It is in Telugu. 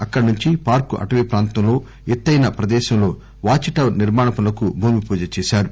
అక్కడి నుంచి పార్కు అటవీ ప్రాంతంలో ఎత్తయిన ప్రదేశంలో వాచ్ టవర్ నిర్మాణ పనులకు భూమి పూజ చేశారు